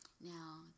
Now